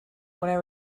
when